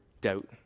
doubt